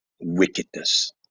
Wickedness